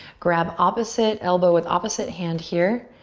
grab opposite elbow with opposite hand here.